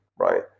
right